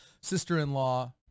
sister-in-law